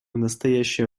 настоящее